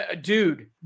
Dude